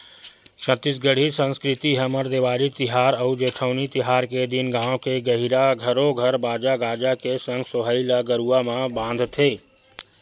छत्तीसगढ़ी संस्कृति हमर देवारी तिहार अउ जेठवनी तिहार के दिन गाँव के गहिरा घरो घर बाजा गाजा के संग सोहई ल गरुवा म बांधथे